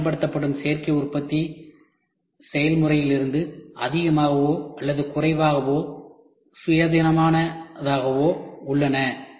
ஆனால் பயன்படுத்தப்படும் சேர்க்கை உற்பத்தி செயல்முறையிலிருந்து அதிகமாகவோ அல்லது குறைவாகவோ சுயாதீனமாக உள்ளன